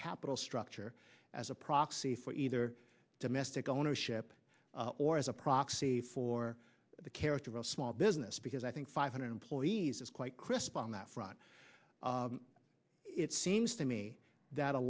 capital structure as a proxy for either domestic ownership or as a proxy for the character of small business because i think five hundred employees is quite crisp on that front it seems to me that a